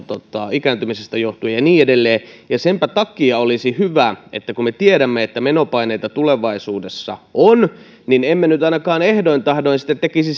ikääntymisestä johtuen ja niin edelleen senpä takia olisi hyvä että kun me tiedämme että menopaineita tulevaisuudessa on niin emme nyt ainakaan ehdoin tahdoin sitten tekisi